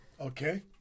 Okay